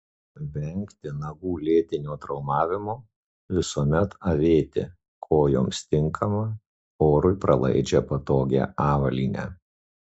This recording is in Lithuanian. vengti nagų lėtinio traumavimo visuomet avėti kojoms tinkamą orui pralaidžią patogią avalynę